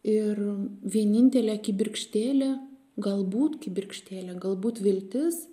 ir vienintelė kibirkštėlė galbūt kibirkštėlė galbūt viltis